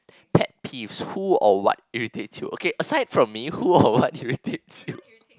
pet peeves who or what irritates you okay aside from me who or what irritates you